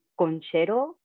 conchero